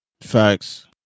facts